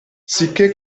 sicché